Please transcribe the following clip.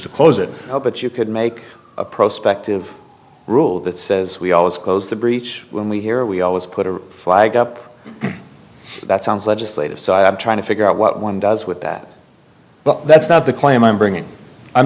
to close it but you could make a prospect of a rule that says we always close the breach when we hear we always put a flag up that sounds legislative side i'm trying to figure out what one does with that but that's not the claim i'm bringing i'm